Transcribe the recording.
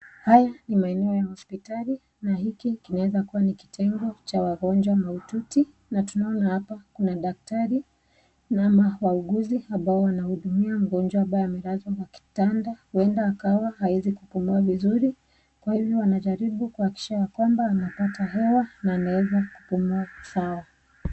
Haya ni maeneo ya hospitali na hiki kinaweza kuwa ni kitengo cha wagonjwa mahututi na tunaona hapa kuna daktari ama wauguzi ambao wanahudumia mgonjwa ambaye amelazwa kwa kitanda .Huenda akawa hawezi kupumua vizuri kwa hivyo wanajaribu ya kwamba anaweza kupata hewa na anaweza akapumua anaweza kupumua sawa.